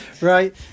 Right